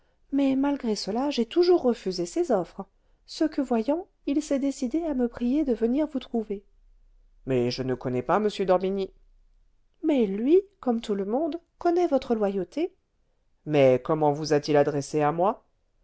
mais malgré cela j'ai toujours refusé ses offres ce que voyant il s'est décidé à me prier de venir vous trouver mais je ne connais pas m d'orbigny mais lui comme tout le monde connaît votre loyauté mais comment vous a-t-il adressée à moi